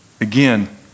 Again